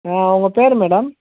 உங்கள் பேர் மேடம்